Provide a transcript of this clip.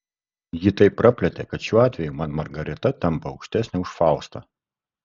jį taip praplėtė kad šiuo atveju man margarita tampa aukštesnė už faustą